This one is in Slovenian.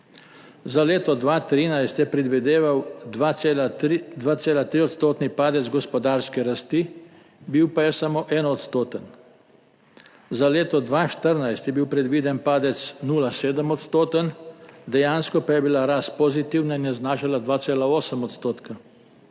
Za leto 2013 je predvideval 2,3-odstotni padec gospodarske rasti, bil pa je samo enoodstoten. Za leto 2014 je bil predviden 0,7-odstoten padec, dejansko pa je bila rast pozitivna in je znašala 2,8 %.